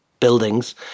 buildings